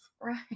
Right